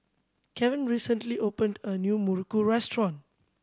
Kavon recently opened a new muruku restaurant